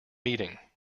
meeting